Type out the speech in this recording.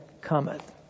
cometh